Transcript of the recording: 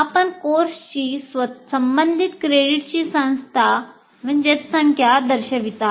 आपण कोर्सशी संबंधित क्रेडिटची संख्या दर्शविता